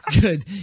good